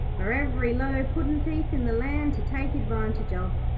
for every low puddin'-thief in the land to take advantage of?